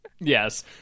Yes